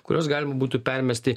kuriuos galima būtų permesti